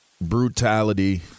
brutality